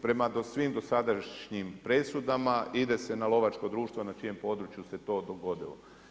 Prema svim dosadašnjim presudama ide se na lovačko društvo na čijem području se to dogodilo.